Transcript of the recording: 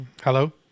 Hello